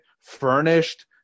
furnished